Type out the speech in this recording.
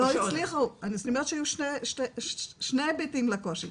לא הצליחו, אני אומרת שהיו שני הביטים לקושי,